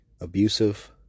abusive